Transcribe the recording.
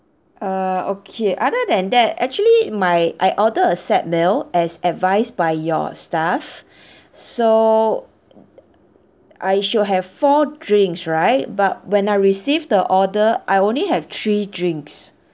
err okay other than that actually my I ordered a set meal as advised by your staff so I should have four drinks right but when I receive the order I only have three drinks